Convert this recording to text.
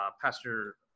pastor